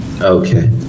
Okay